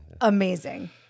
amazing